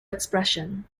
expression